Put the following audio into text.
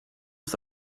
ist